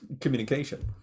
communication